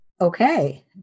Okay